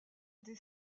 des